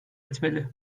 etmeli